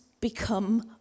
become